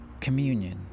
Communion